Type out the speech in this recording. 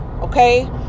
okay